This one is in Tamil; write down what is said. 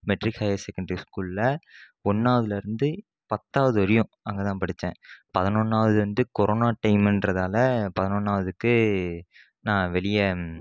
மெட்ரிக் ஹயர் செகண்டரி ஸ்கூலில் ஒன்றாவதுலருந்து பத்தாவது வரையும் அங்கேதா படித்தேன் பதினொன்றாவது வந்துட்டு கொரோனா டைம்கிறதால நான் பதினொன்றாவதுக்கு நான் வெளியே